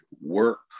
work